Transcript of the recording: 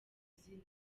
izina